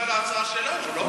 אנחנו מצביעים על ההצעה שלנו, לא?